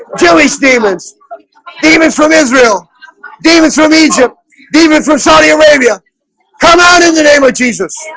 joey stephens famous from israel davidson egypt demon from saudi arabia come on in the name of jesus